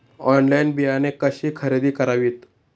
Online बियाणे कशी खरेदी करावीत?